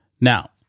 Now